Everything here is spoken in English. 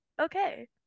okay